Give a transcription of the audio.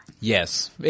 Yes